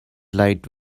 light